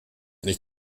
nicht